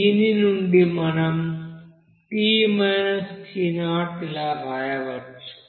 దీని నుండి మనం T T0 ఇలా వ్రాయవచ్చు